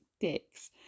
dicks